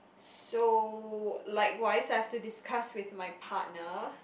so likewise I have to discuss with my partner